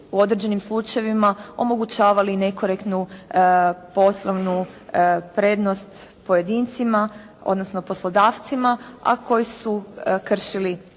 u određenim slučajevima omogućavali nekorektnu poslovnu prednost pojedincima, odnosno poslodavcima, a koji su kršili zakon i